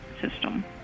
system